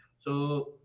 so,